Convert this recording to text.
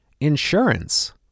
Insurance